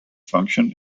functions